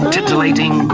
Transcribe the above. Titillating